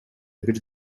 бир